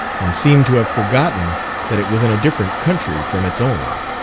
and seemed to have forgotten that it was in a different country from its own.